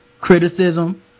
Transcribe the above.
criticism